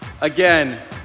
Again